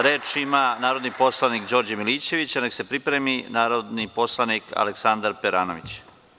Reč ima narodni poslanik Đorđe Milićević, a neka se pripremi narodni poslanik Aleksandar Peranović.